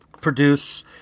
produce